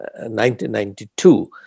1992